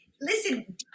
listen